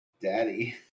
Daddy